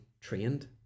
trained